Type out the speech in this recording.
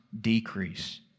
decrease